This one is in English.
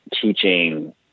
teaching